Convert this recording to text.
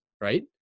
right